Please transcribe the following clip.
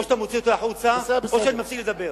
או שאתה מוציא אותו החוצה, או שאני מפסיק לדבר.